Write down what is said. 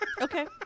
Okay